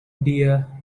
dear